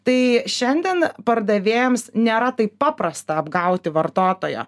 tai šiandien pardavėjams nėra taip paprasta apgauti vartotojo